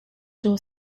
door